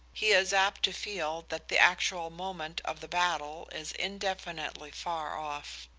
he is apt to feel that the actual moment of the battle is indefinitely far off.